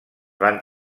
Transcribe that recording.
van